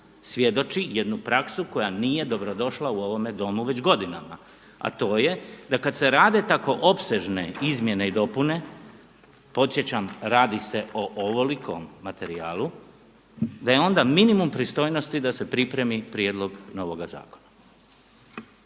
svjedoči jednu praksu koja nije dobrodošla u ovome Domu već godinama, a to je da kada se rade tako opsežne izmjene i dopune, podsjećam radi se o ovolikom materijalu, da je onda minimum pristojnosti da se pripremi prijedlog novoga zakona.